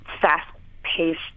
fast-paced